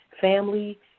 Family